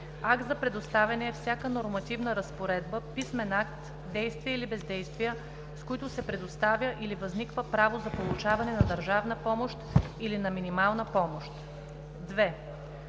„Акт за предоставяне“ е всяка нормативна разпоредба, писмен акт, действия или бездействия, с които се предоставя или възниква право за получаване на държавна помощ или на минимална помощ.